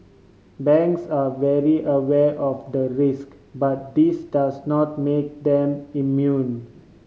banks are very aware of the risk but this does not make them immune